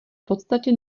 podstatě